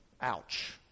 Ouch